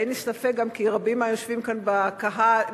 אין ספק גם כי רבים מהיושבים כאן באולם,